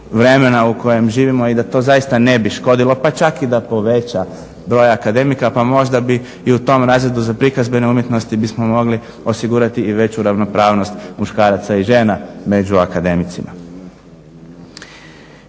vremena u kojem živimo i da to zaista ne bi škodilo pa čak i da poveća broj akademika. Pa možda bi i u tom razredu za prikazbene umjetnosti bismo mogli osigurati i veću ravnopravnost muškaraca i žena među akademicima.